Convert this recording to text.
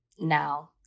now